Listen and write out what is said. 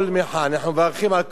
אנחנו מברכים על כל מחאה.